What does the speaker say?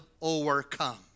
overcome